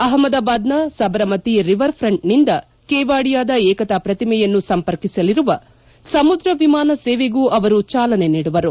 ಅಹಮದಾಬಾದ್ನ Sabarmati river front ನಿಂದ ಕೆವಾಡಿಯಾದ ಏಕತಾ ಪ್ರತಿಮೆಯನ್ನು ಸಂಪರ್ಕಿಸಲಿರುವ ಸಮುದ್ರ ವಿಮಾನ ಸೇವೆಗೂ ಅವರು ಚಾಲನೆ ನೀಡುವರು